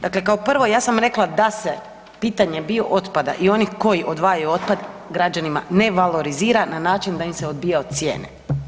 Dakle, kao prvo, ja sam rekla da se pitanje bio otpada i onih koji odvajaju otpad, građanima ne valorizira na način da im se odbija od cijene.